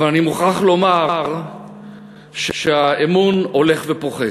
אבל אני מוכרח לומר שהאמון הולך ופוחת.